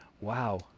wow